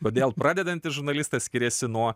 kodėl pradedantis žurnalistas skiriasi nuo